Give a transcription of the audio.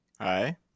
Hi